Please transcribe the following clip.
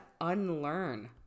unlearn